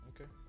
okay